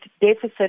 deficit